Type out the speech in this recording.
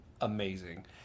amazing